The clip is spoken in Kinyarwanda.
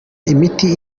imiti